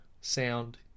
sound